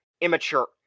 immature